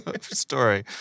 story